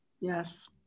Yes